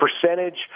percentage